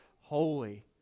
holy